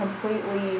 completely